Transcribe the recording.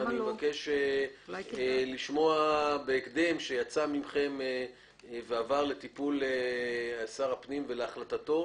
אני מבקש לשמוע בהקדם שזה יצא מכם ועבר לטיפול שר הפנים והחלטתו.